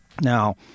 Now